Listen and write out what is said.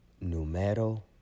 numero